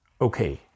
okay